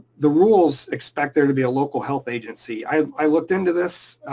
the rules expect there to be a local health agency i looked into this,